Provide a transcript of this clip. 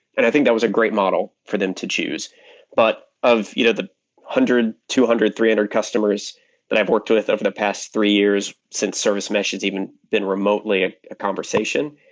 and i think that was a great model for them to choose but of you know the one hundred, two hundred, three hundred customers that i've worked with over the past three years since service meshes even been remotely ah a conversation,